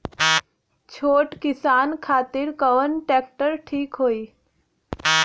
छोट किसान खातिर कवन ट्रेक्टर ठीक होई?